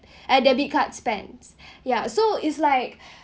uh debit card spent ya so it's like